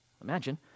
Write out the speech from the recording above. imagine